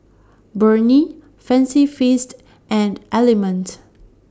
Burnie Fancy Feast and Element